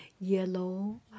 yellow